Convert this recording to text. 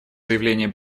заявление